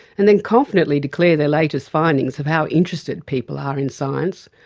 and then confidently declare their latest findings of how interested people are in science,